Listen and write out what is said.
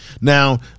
now